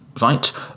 right